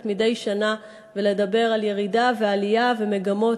מדי שנה ולדבר על ירידה ועלייה ומגמות.